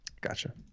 Gotcha